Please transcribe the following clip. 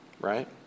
right